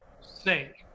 say